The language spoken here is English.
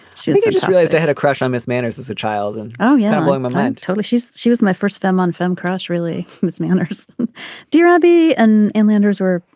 she so just realized i had a crush on miss manners as a child. and oh yeah. my um mom and told us she is. she was my first femme on femme crush really miss manners dear abby and ann landers were.